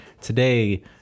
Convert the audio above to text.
today